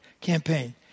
campaign